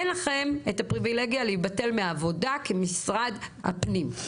אין לכם את הפריבילגיה להתבטל מעבודה כמשרד הפנים.